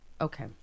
Okay